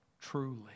truly